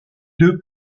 deux